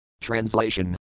Translation